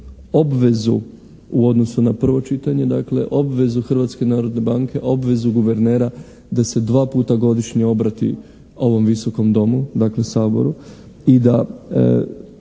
obvezu u odnosu na prvo čitanje dakle obvezu Hrvatske narodne banke, obvezu guvernera da se dva puta godišnje obrati ovom Visokom domu dakle Saboru i da